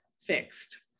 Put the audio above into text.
Fixed